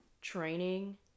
training